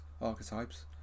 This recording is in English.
archetypes